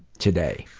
today. i